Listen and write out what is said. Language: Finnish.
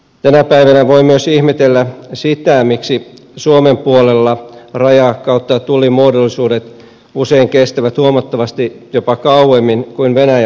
tänä päivänä voi myös ihmetellä sitä miksi suomen puolella raja ja tullimuodollisuudet usein kestävät huomattavasti jopa kauemmin kuin venäjän puolella